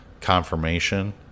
confirmation